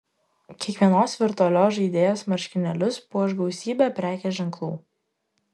kiekvienos virtualios žaidėjos marškinėlius puoš gausybė prekės ženklų